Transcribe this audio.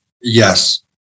Yes